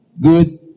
Good